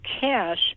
cash